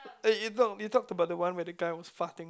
eh eh no you talked you talked about the one where the guy was farting